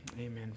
amen